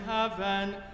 heaven